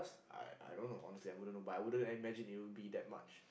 I I don't know honestly I don't know I wouldn't imagine it'll be that much